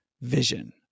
vision